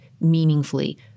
meaningfully